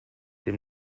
dem